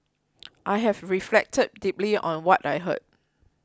I have reflected deeply on what I heard